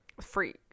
Free